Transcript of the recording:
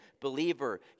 believer